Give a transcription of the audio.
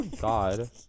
God